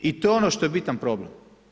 I to je ono što je bitan problem.